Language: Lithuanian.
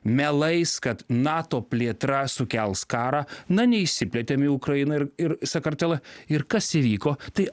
melais kad nato plėtra sukels karą na neišsiplėtėm į ukrainą ir ir sakartelą ir kas įvyko tai